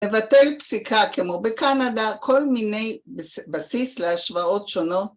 ‫לבטל פסיקה, כמו בקנדה, ‫כל מיני בסיס להשוואות שונות.